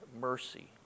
mercy